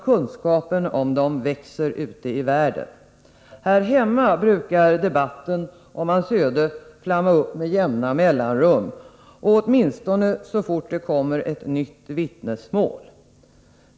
Kunskapen om hans insatser växer också ute i världen. Här hemma brukar debatten om Wallenbergs öde flamma upp med jämna mellanrum — åtminstone så snart ett nytt vittnesmål blir bekant.